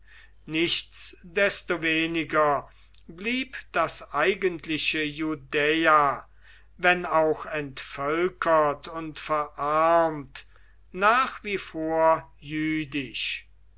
nichtsdestoweniger blieb das eigentliche judäa wenn auch entvölkert und verarmt nach wie vor